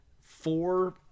four